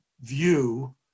view